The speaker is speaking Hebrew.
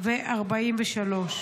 ו-43.